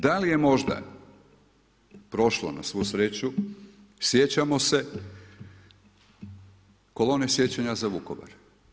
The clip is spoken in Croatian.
Da li je možda prošlo na svu sreću, sjećamo se kolone sjećanja za Vukovar.